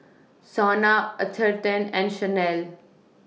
Sona Atherton and Chanel